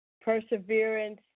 Perseverance